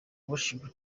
worship